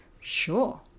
sure